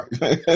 Right